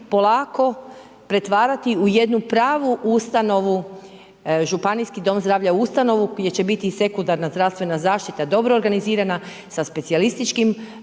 polako pretvarati u jednu pravu ustavnu, županijski dom zdravlja ustanovu, gdje će biti i sekundarna zdravstvena zaštita dobro organizirana sa specijalističkim